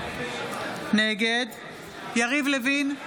נגד יריב לוין,